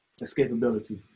Escapability